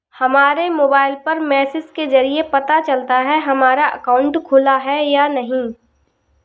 हमारे मोबाइल पर मैसेज के जरिये पता चल जाता है हमारा अकाउंट खुला है या नहीं